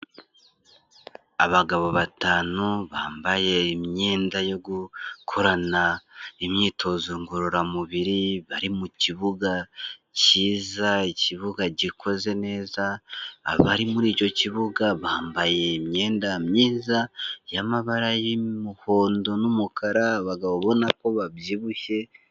Abagabo batanu bambaye imyenda yo gukorana imyitozo ngororamubiri, bari mu kibuga cyiza, ikibuga gikoze neza, abari muri icyo kibuga bambaye imyenda myiza y'amabara y'umuhondo n'umukara, abagabo ubona ko babyibushye.